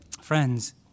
Friends